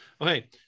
okay